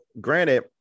granted